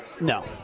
No